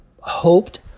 hoped